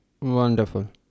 Wonderful